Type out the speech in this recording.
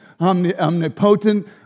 omnipotent